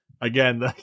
Again